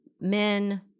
men